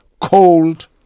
cold